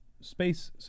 space